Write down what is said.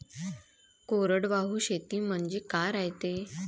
कोरडवाहू शेती म्हनजे का रायते?